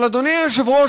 אבל אדוני היושב-ראש,